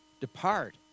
Depart